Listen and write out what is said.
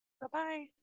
Bye-bye